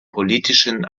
politischen